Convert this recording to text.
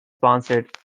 sponsored